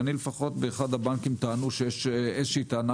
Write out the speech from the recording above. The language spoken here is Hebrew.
לפחות באחד הבנקים טענו איזה שהיא טענה